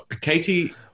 Katie